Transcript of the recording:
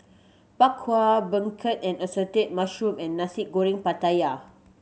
Bak Kwa Beancurd and assorted mushroom and Nasi Goreng Pattaya